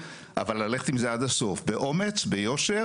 לא, אבל היא בעצם לא מאשרת.